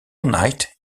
night